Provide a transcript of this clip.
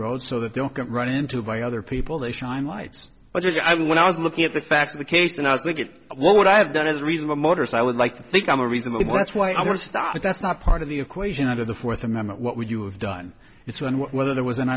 road so they don't get run into by other people they shine lights but i mean when i was looking at the facts of the case and i was thinking what would i have done as a reasonable motorist i would like to think i'm a reasonably well that's why i want to stop but that's not part of the equation out of the fourth amendment what would you have done it's one where there was an